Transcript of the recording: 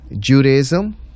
Judaism